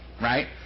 right